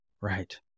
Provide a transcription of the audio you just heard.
right